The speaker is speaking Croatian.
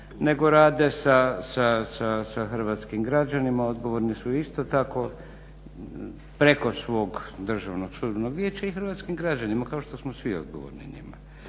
nego rade sa hrvatskim građanima, odgovorni su isto tako preko svog državnog sudbenog vijeća i hrvatskim građanima kao što smo svi odgovorni njima.